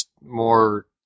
more